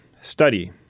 Study